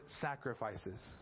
sacrifices